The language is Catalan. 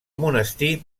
monestir